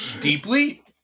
Deeply